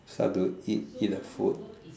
start to eat eat the food